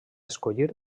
escollir